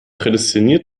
prädestiniert